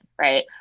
right